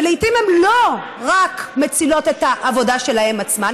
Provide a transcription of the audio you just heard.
ולעיתים הן לא רק מצילות את העבודה שלהן עצמן,